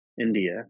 India